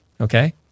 Okay